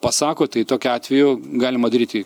pasako tai tokiu atveju galima daryti